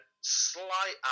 slight